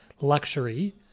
luxury